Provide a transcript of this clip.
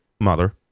mother